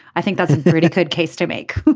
i think that's a pretty good case to make